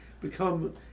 become